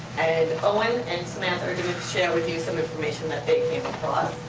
and owen and samantha are going to share with you some information that they came across.